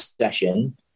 session